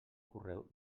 correu